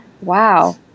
Wow